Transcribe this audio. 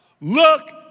look